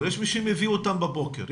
יש מי שמביא אותם בבוקר,